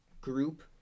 group